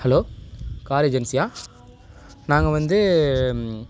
hello car ஏஜென்சியா நாங்கள் வந்து